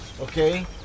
okay